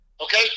Okay